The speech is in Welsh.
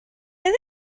oedd